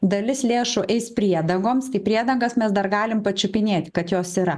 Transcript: dalis lėšų eis priedangoms tai priedangas mes dar galim pačiupinėt kad jos yra